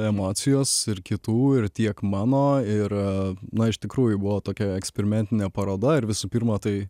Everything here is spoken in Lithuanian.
emocijos ir kitų ir tiek mano ir na iš tikrųjų buvo tokia eksperimentinė paroda ir visų pirma tai